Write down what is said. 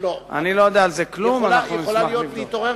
אני לא יודע על זה כלום, נשמח לבדוק.